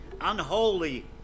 unholy